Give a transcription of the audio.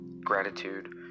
...gratitude